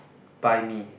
buy me